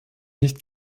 nicht